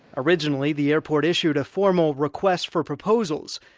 originally, the airport issued a formal request for proposals.